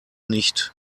nicht